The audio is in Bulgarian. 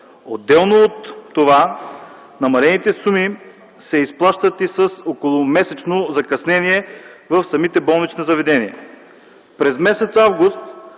Отделно от това намалените суми се изплащат и с около месечно закъснение в самите болнични заведения. През м. август